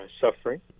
suffering